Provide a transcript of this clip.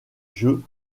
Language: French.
jeux